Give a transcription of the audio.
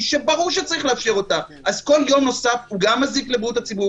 צריך לזכור שנפגעות פה זכויות משמעותיות ביותר,